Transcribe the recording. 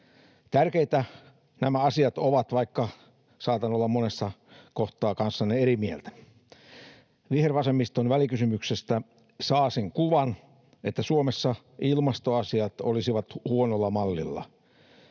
Tärkeitä nämä asiat ovat, vaikka saatan olla monessa kohtaa kanssanne eri mieltä. Vihervasemmiston välikysymyksestä saa sen kuvan, että Suomessa ilmastoasiat olisivat huonolla mallilla.